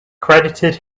credited